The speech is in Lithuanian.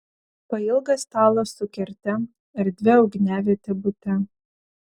pailgas stalas su kerte erdvia ugniaviete bute